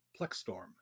PlexStorm